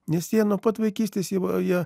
nes jie nuo pat vaikystės jau jie